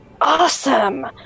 Awesome